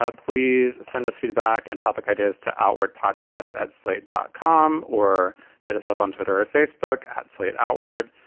ah please send us feedback and topic ideas to outward podcast at dot com or hit us up on twitter or facebook at slate outward.